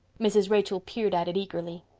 mrs. rachel peered at it eagerly.